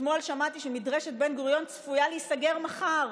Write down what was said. ואתמול שמעתי שמדרשת בן-גוריון צפויה להיסגר מחר,